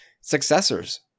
successors